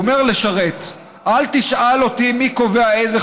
והוא אומר לשרת: "אל תשאל אותי מי קובע איזה